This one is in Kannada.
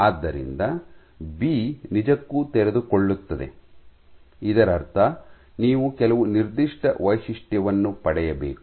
ಆದ್ದರಿಂದ ಬಿ ನಿಜಕ್ಕೂ ತೆರೆದುಕೊಳ್ಳುತ್ತದೆ ಇದರರ್ಥ ನೀವು ಕೆಲವು ನಿರ್ದಿಷ್ಟ ವೈಶಿಷ್ಟ್ಯವನ್ನು ಪಡೆಯಬೇಕು